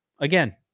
again